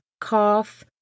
cough